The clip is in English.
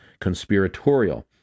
conspiratorial